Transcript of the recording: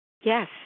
yes